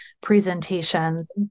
presentations